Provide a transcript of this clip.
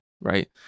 right